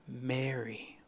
Mary